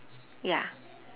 ya